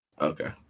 Okay